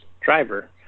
driver